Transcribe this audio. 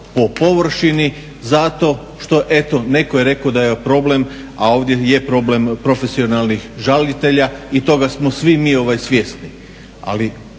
po površinu zato što eto neko je rekao da je problem, a ovdje je problem profesionalnih žalitelja i toga smo svi mi svjesni.